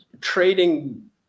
trading